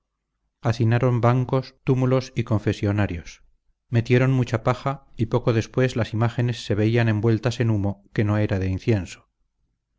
hacinaron bancos túmulos y confesionarios metieron mucha paja y poco después las imágenes se veían envueltas en humo que no era de incienso